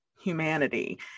humanity